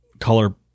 color